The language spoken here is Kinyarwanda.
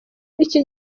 iki